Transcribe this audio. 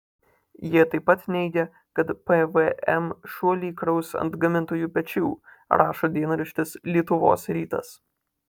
jie taip pat neigia kad pvm šuolį kraus ant gamintojų pečių rašo dienraštis lietuvos rytas